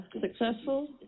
successful